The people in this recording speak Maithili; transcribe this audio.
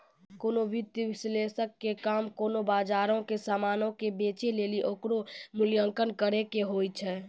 कोनो वित्तीय विश्लेषक के काम कोनो बजारो के समानो के बेचै लेली ओकरो मूल्यांकन करै के होय छै